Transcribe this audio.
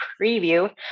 preview